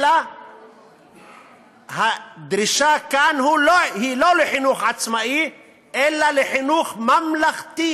אלא הדרישה כאן היא לא חינוך עצמאי אלא חינוך ממלכתי